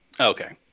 Okay